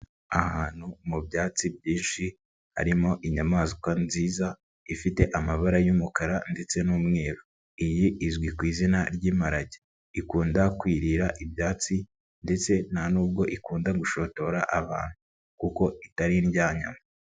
Ahantu mu byatsi byinshi harimo inyamaswa nziza ifite amabara y'umukara ndetse n'umweru, iyi izwi ku izina ry'imparage, ikunda kwirira ibyatsi ndetse nta nubwo ikunda gushotora abantu kuko itari indyanyama.